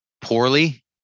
poorly